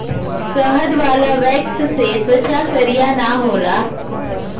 शहद वाला वैक्स से त्वचा करिया ना होला